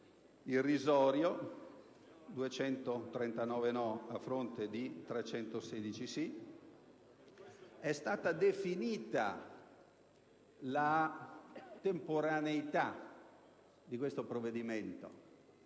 irrisorio: 239 no a fronte di 316 sì. È stata definita la temporaneità di questo provvedimento;